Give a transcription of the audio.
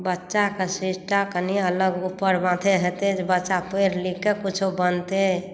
बच्चाकेँ शिष्टा कनि अलग ऊपर माथे हेतै जे बच्चा पढ़ि लिखकेँ कुछो बनतै